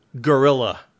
gorilla